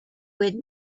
would